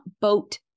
boat